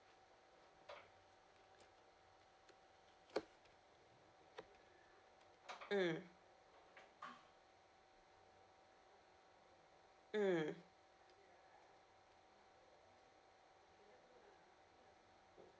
mm mm